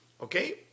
okay